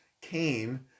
came